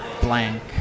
blank